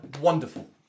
Wonderful